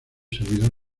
servidor